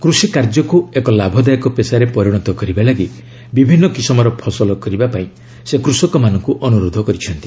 କୃଷି କାର୍ଯ୍ୟକୁ ଏକ ଲାଭଦାୟକ ପେସାରେ ପରିଣତ କରିବା ଲାଗି ବିଭିନ୍ନ କିସମର ଫସଲ କରିବାକୁ ସେ କୃଷକମାନଙ୍କୁ ଅନୁରୋଧ କରିଛନ୍ତି